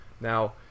Now